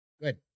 Good